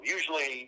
Usually